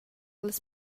las